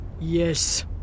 Yes